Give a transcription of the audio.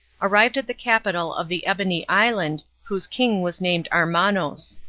arrived at the capital of the ebony island whose king was named armanos.